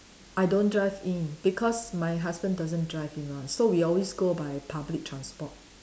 I don't drive in because my husband doesn't drive in [one] so we always go by public transport